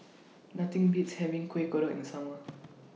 Nothing Beats having Kueh Kodok in Summer